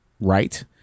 right